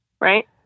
right